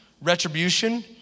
retribution